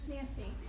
Nancy